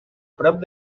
prop